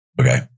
Okay